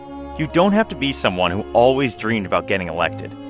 you don't have to be someone who always dreamed about getting elected,